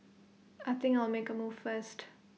I think I'll make A move first